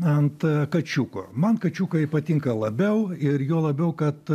ant kačiuko man kačiukai patinka labiau ir juo labiau kad